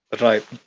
Right